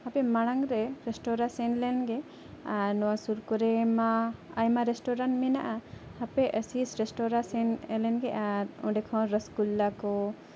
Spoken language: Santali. ᱦᱟᱯᱮ ᱢᱟᱲᱟᱝ ᱨᱮ ᱨᱮᱥᱴᱩᱨᱮᱱᱴ ᱥᱮᱱ ᱞᱮᱱᱜᱮ ᱟᱨ ᱱᱚᱣᱟ ᱥᱩᱨ ᱠᱚᱨᱮᱢᱟ ᱟᱭᱢᱟ ᱨᱮᱥᱴᱩᱨᱮᱱᱴ ᱢᱮᱱᱟᱜᱼᱟ ᱦᱟᱯᱮ ᱮᱥᱤᱥᱴ ᱨᱮᱥᱴᱩᱨᱮᱱᱴ ᱥᱮᱱ ᱞᱮᱱᱜᱮ ᱟᱨ ᱚᱸᱰᱮ ᱠᱷᱚᱱ ᱨᱚᱥᱜᱩᱞᱞᱟ ᱠᱚ